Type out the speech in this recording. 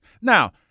Now